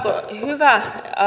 hyvä